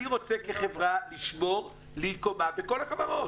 אני רוצה כחברה לשמור לי קומה בכל החברות.